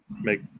Make